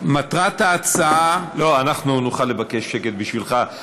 לא, אנחנו נוכל לבקש שקט בשבילך.